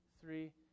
three